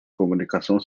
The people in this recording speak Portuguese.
conexão